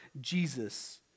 Jesus